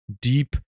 deep